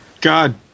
god